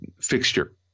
fixture